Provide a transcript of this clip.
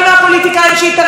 ויותר מכך,